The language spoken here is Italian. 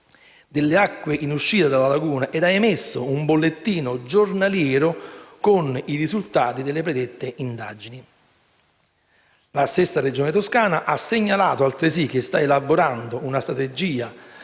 delle acque in uscita dalla laguna ed ha emesso un bollettino giornaliero con i risultati delle predette indagini. La stessa Regione Toscana ha segnalato altresì che sta elaborando una strategia